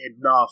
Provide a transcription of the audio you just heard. enough